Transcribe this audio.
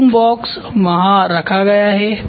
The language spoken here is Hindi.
बूम बॉक्स वहाँ रखा गया है